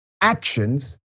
Actions